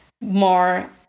more